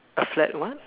a flat what